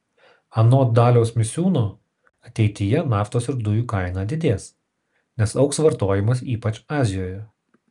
anot daliaus misiūno ateityje naftos ir dujų kaina didės nes augs vartojimas ypač azijoje